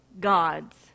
God's